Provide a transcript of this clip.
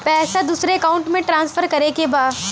पैसा दूसरे अकाउंट में ट्रांसफर करें के बा?